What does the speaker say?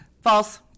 False